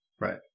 Right